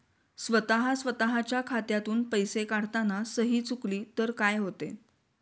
स्वतः स्वतःच्या खात्यातून पैसे काढताना सही चुकली तर काय होते?